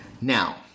Now